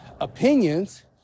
opinions